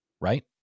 right